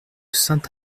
saint